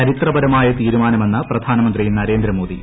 ചരിത്രപരമായ തീരുമാനമെന്ന് പ്രധാനമന്ത്രി നരേന്ദ്രമോദി